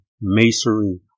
masonry